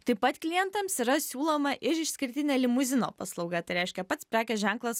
taip pat klientams yra siūloma ir išskirtinė limuzino paslauga tai reiškia pats prekės ženklas